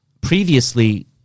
previously